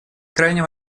крайне